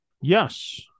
Yes